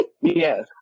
yes